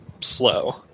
slow